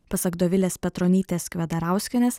pasak dovilės petronytės kvedarauskienės